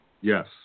Yes